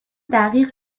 دقیق